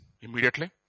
Immediately